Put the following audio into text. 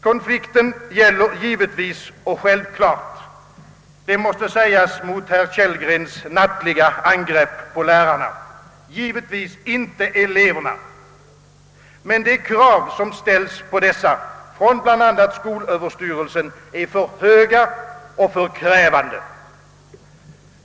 Konflikten gäller givetvis och självklart — det måste sägas mot herr Kellgrens nattliga angrepp på lärarna — inte eleverna. Men de krav, som ställs på dessa från bl.a. skolöverstyrelsen, är för höga och påkostande.